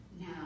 now